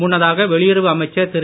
முன்னதாக வெளியுறவு அமைச்சர் திரு